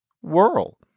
whirl